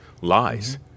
lies